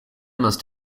must